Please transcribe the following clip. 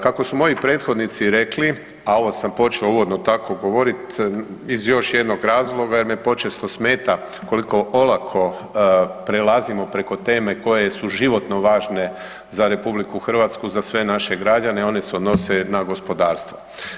Kako su moji prethodnici rekli, a ovo sam počeo uvodno tako govorit iz još jednog razloga jer me počesto smeta koliko olako prelazimo preko teme koje su životno važne za RH, za sve naše građane, one se odnose na gospodarstvo.